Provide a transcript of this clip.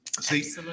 See